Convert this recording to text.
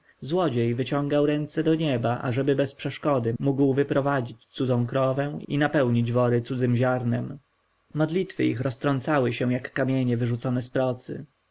złodziej wyciągał ręce do nieba ażeby bez przeszkody mógł wyprowadzić cudzą krowę i napełnić wory cudzem ziarnem modlitwy ich roztrącały się jak kamienie wyrzucone z procy